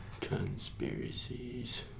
Conspiracies